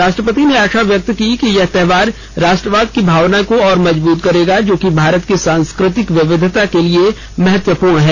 राष्ट्रपति ने आशा व्यक्त की कि यह त्योहार राष्ट्रवाद की भावना को और मजबूत करेगा जो कि भारत की सांस्कृतिक विविधता को लिए महत्वपूर्ण है